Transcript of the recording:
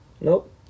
nope